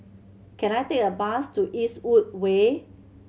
can I take a bus to Eastwood Way